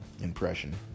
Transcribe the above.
impression